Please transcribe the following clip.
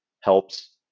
helps